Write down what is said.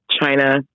China